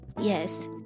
Yes